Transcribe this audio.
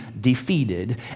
defeated